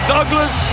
Douglas